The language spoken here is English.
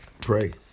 pray